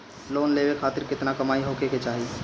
Loan लेवे खातिर केतना कमाई होखे के चाही?